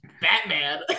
Batman